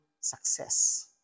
success